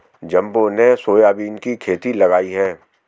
जम्बो ने सोयाबीन की खेती लगाई है